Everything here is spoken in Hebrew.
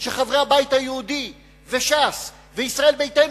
שחברי הבית היהודי וש"ס וישראל ביתנו